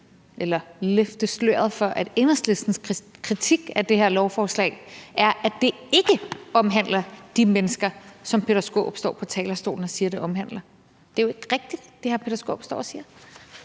bare løfte sløret for, at Enhedslistens kritik af det her lovforslag er, at det ikke omhandler de mennesker, som hr. Peter Skaarup står og siger på talerstolen at det omhandler. Det er jo ikke rigtigt, hvad hr. Peter Skaarup står og siger.